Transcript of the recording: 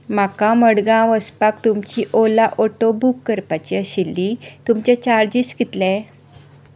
म्हाका मडगांव वचपाक तुमची ऑला ऑटो बुक करपाची आशिल्ली तुमचे चार्जीस कितले